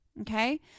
Okay